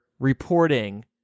reporting